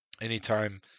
Anytime